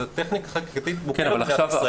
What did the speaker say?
זו טכניקה חקיקתית מוכרת במדינת ישראל.